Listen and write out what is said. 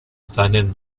seinen